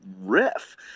riff